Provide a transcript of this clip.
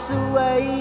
away